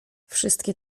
wszystkie